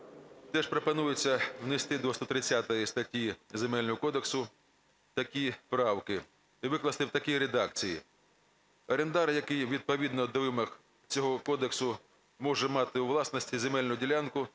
Теж пропонується внести до 130 статті Земельного кодексу такі правки і викласти в такій редакції: "Орендар, який відповідно до вимог цього кодексу може мати у власності земельну ділянку